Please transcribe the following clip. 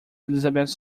elizabeth